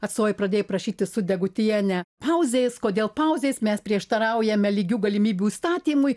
atstovai pradėj prašyti su degutiene pauzės kodėl pauzės mes prieštaraujame lygių galimybių įstatymui